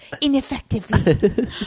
ineffectively